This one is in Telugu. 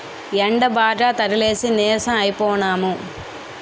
యెండబాగా తగిలేసి నీరసం అయిపోనము